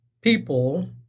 people